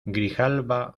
grijalba